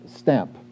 stamp